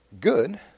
good